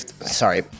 Sorry